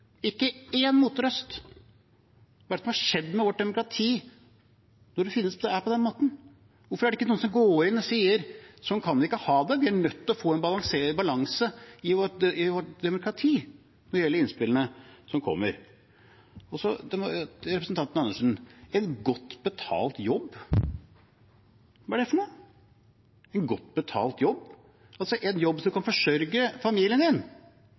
en strålende idé. Ikke én motrøst. Hva er det som har skjedd med vårt demokrati når det er på den måten? Hvorfor er det ikke noen som går inn og sier: Sånn kan vi ikke ha det. Vi er nødt til å få en balanse i vårt demokrati når det gjelder innspillene som kommer. Og til representanten Andersen: En godt betalt jobb, hva er det? En jobb som kan forsørge familien din,